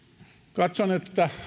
katson että